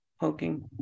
poking